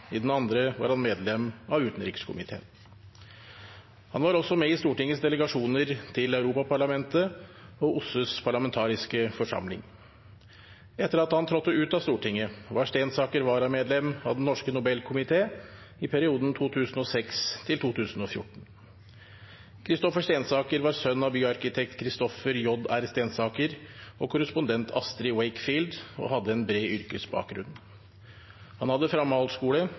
i den andre var han medlem av utenrikskomiteen. Han var også med i Stortingets delegasjoner til Europaparlamentet og OSSEs parlamentariske forsamling. Etter at han trådte ut av Stortinget, var Stensaker varamedlem av Den norske Nobelkomite i perioden 2006–2014. Christopher Stensaker var sønn av byarkitekt Christopher J.R. Stensaker og korrespondent Astrid Wakefield og hadde en bred yrkesbakgrunn. Han hadde